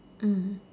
mmhmm